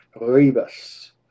Rebus